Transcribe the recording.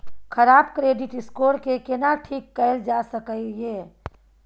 खराब credit score के केना ठीक कैल जा सकै ये?